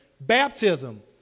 baptism